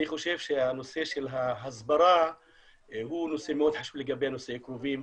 אני חושב שהנושא של ההסברה הוא נושא מאוד חשוב לגבי נישואי קרובים,